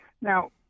Now